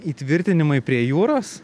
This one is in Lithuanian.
įtvirtinimai prie jūros